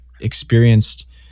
experienced